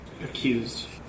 accused